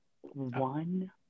One